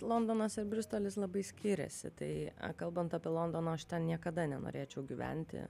londonas ir bristolis labai skiriasi tai kalbant apie londono aš ten niekada nenorėčiau gyventi